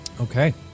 Okay